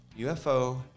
UFO